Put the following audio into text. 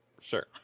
Sure